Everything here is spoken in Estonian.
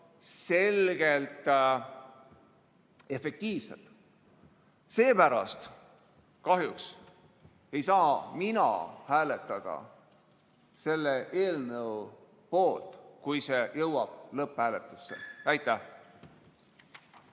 selgelt ja efektiivselt. Seepärast kahjuks ei saa mina hääletada selle eelnõu poolt, kui see jõuab lõpphääletusele. Aitäh!